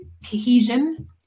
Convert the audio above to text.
cohesion